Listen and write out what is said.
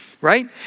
Right